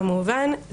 כמובן,